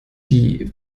die